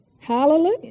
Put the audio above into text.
Hallelujah